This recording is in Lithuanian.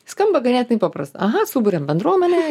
skamba ganėtinai paprasta aha suburiam bendruomenę